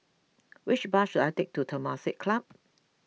which bus should I take to Temasek Club